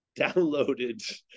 downloaded